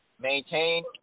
Maintain